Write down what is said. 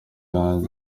yanjye